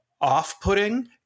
off-putting